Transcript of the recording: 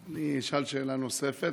אני אשאל שאלה נוספת,